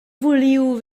vuliu